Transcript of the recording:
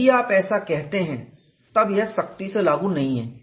यदि आप ऐसा कहते हैं तब यह सख्ती से लागू नहीं है